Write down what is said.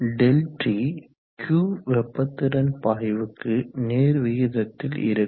ΔT Q வெப்ப திறன் பாய்வுக்கு நேர்விகிதத்தில் இருக்கும்